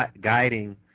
guiding